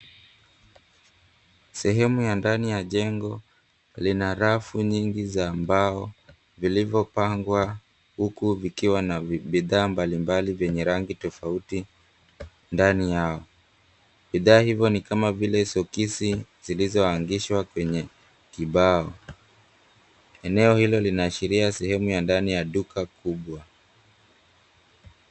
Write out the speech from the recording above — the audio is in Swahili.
Sehemu ya ndani ya jengo, lina rafu nyingi za mbao vilivyopangwa, huku vikiwa na bidhaa mbalimbali vyenye rangi tofauti ndani yao. Bidhaa hivyo ni kama vile socks zilizohangishwa kwenye kibao. Eneo hilo linaashiria sehemu ya ndani ya duka kubwa.